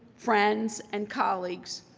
friends and colleagues,